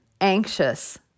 anxious